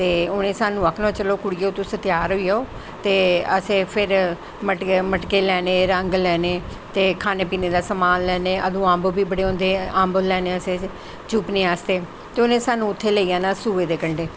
ते उ'नें सानूं आखना चलो कुड़ियो तुस त्यार होई जाओ ते असैं फिर मटके लैने रंग लैने ते खाने पीने दा समान लैना अदूं अम्ब बड़े होंदे हे अम्ब लैने असैं चूपने आस्तै ते उ'नें सानूं उत्थै लेई जाना सुए दे कंढ़ै